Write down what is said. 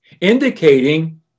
indicating